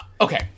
Okay